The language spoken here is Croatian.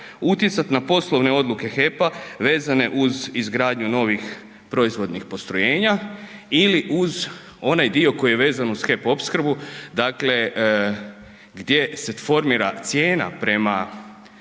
utjecati na poslovne odluke HEP-a vezane uz izgradnju novih proizvodnih postrojenja ili uz onaj dio koji je vezan uz HEP opskrbu, dakle gdje se formira cijena prema